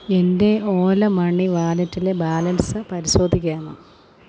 എന്റെ ഓല മണി വാലറ്റിലെ ബാലൻസ്സ് പരിശോധിക്കാമോ